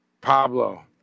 Pablo